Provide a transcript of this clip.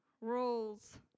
Rules